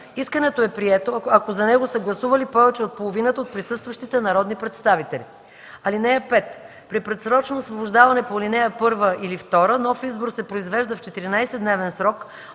Искането е прието, ако за него са гласували повече от половината от присъстващите народни представители. (5) При предсрочно освобождаване по ал. 1 или 2 нов избор се произвежда в 14-дневен срок